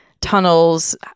tunnels-